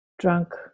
drunk